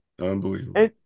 Unbelievable